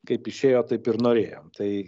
kaip išėjo taip ir norėjom tai